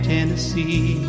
Tennessee